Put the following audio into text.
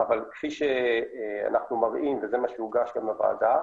אבל כפי שאנחנו מראים, וזה מה שהוגש גם לוועדה,